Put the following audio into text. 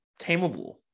tameable